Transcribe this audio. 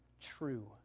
true